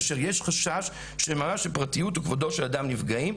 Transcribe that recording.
כאשר יש חשש של ממש שפרטיות וכבודו של אדם נפגעים,